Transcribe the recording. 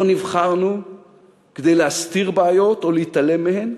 לא נבחרנו כדי להסתיר בעיות או להתעלם מהן,